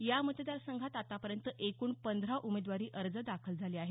या मतदारसंघात आतापर्यंत एकूण पंधरा उमेदवारी अर्ज दाखल झाले आहेत